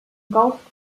golf